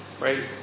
Right